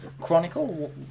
Chronicle